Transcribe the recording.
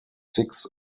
six